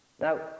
Now